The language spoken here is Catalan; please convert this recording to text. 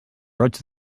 roig